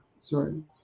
Sorry